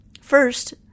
First